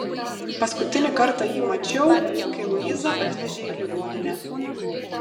paskutinį kartą jį mačiau kai luizą atvežė į ligoninę